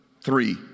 three